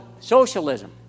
Socialism